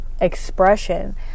expression